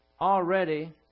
already